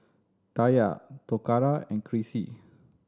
Taya Toccara and Crissie